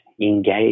engage